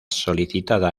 solicitada